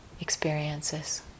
experiences